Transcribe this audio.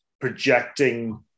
projecting